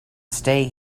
stay